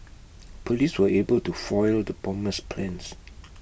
Police were able to foil the bomber's plans